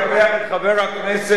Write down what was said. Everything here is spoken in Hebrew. שהגיש הצעה דומה,